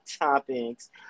topics